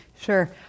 Sure